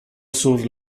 sur